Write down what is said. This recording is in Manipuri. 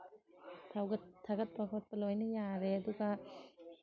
ꯊꯥꯒꯠꯄ ꯈꯣꯠꯄ ꯂꯣꯏꯅ ꯌꯥꯔꯦ ꯑꯗꯨꯒ